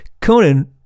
Conan